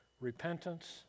repentance